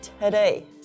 today